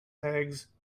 eggs